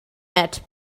met